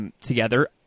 together